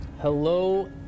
Hello